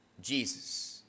Jesus